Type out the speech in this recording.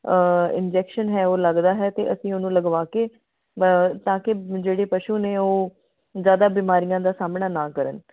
injection ਹੈ ਉਹ ਲੱਗਦਾ ਹੈ ਅਤੇ ਅਸੀਂ ਉਹਨੂੰ ਲਗਵਾ ਕੇ ਤਾਂ ਕਿ ਜਿਹੜੇ ਪਸ਼ੂ ਨੇ ਉਹ ਜ਼ਿਆਦਾ ਬਿਮਾਰੀਆਂ ਦਾ ਸਾਹਮਣਾ ਨਾ ਕਰਨ